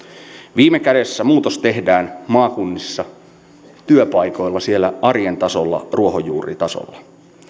viime kädessä muutos tehdään maakunnissa työpaikoilla siellä arjen tasolla ruohonjuuritasolla